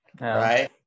right